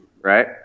right